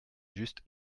juste